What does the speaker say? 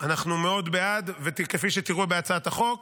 מאוד בעד, כפי שתראו בהצעת החוק,